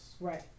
Right